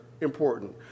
important